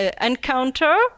encounter